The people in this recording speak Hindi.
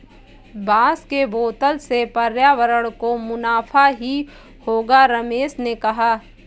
बांस के बोतल से पर्यावरण को मुनाफा ही होगा रमेश ने कहा